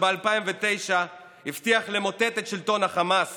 שב-2009 הבטיח למוטט את שלטון החמאס